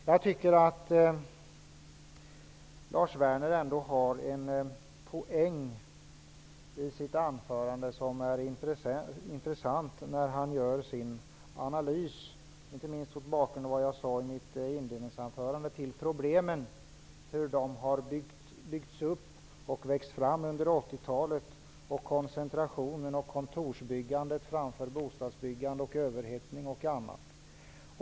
Jag tycker att Lars Werner ändå har en intressant poäng i sitt anförande när han gör sin analys -- inte minst mot bakgrund av vad jag sade i mitt inledningsanförande -- av hur problemen byggts upp och växt fram under 1980-talet, med koncentration på kontorsbyggande i stället för bostadsbyggande, med överhettning och annat.